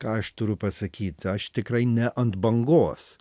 ką aš turiu pasakyt aš tikrai ne ant bangos